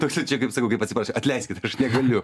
toksai čia kaip sakau kaip atsiprašant atleiskit aš negaliu